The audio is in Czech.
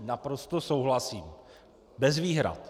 Naprosto souhlasím, bez výhrad.